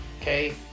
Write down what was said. okay